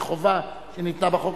מהחובה שניתנה בחוק.